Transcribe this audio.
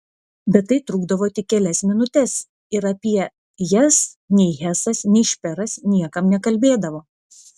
bet tai trukdavo tik kelias minutes ir apie jas nei hesas nei šperas niekam nekalbėdavo